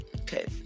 Okay